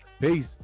Peace